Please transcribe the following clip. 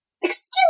Excuse